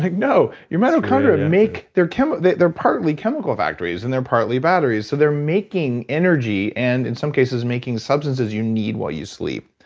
like, no! your mitochondria make their chemical, they're partly chemical factories and they're partly batteries so they're making energy and, in some cases, making substances you need while you sleep.